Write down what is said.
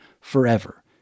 forever